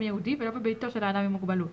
ייעודי ולא בביתו של האדם עם מוגבלות,